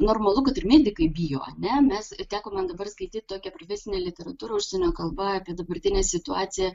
normalu kad ir medikai bijo ane mes teko man dabar skaityt tokią vis ne literatūrą užsienio kalba apie dabartinę situaciją